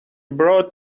brought